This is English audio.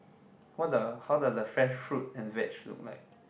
what the how the the fresh fruit and veg look like